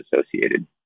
associated